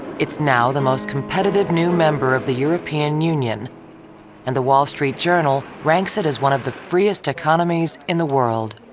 it's now the most competitive new member of the european union and the wall street journal ranks it as one of the freest economies in the world.